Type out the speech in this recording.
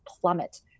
plummet